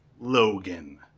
Logan